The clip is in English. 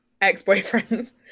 ex-boyfriends